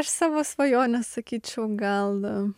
aš savo svajonę sakyčiau gal